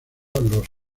los